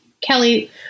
Kelly